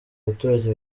abaturage